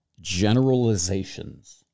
Generalizations